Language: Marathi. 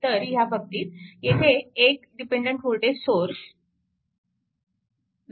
तर ह्या बाबतीत येथे एक डिपेन्डन्ट वोल्टेज सोर्स vx आहे